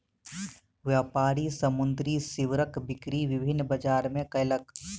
व्यापारी समुद्री सीवरक बिक्री विभिन्न बजार मे कयलक